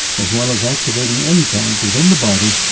as well as activating enzymes within the body,